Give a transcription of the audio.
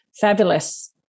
Fabulous